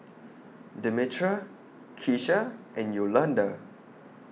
Demetra Kesha and Yolanda